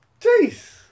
Jeez